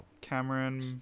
Cameron